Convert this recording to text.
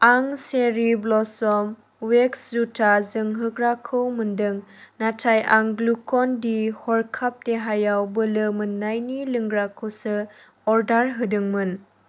आं cherry blossom wax जुथा जोंहोग्राखौ मोनदों नाथाय आं ग्लुक'न डि हरखाब देहायाव बोलो मोन्नायनि लोंग्राखौसो अर्डार होदोंमोन